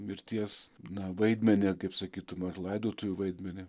mirties na vaidmenį kaip sakytume ar laidotuvių vaidmenį